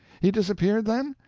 he disappeared, then?